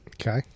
Okay